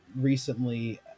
recently